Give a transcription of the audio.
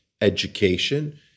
education